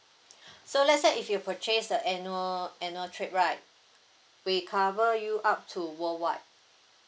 so let say if you purchase the annual annual trip right we cover you up to worldwide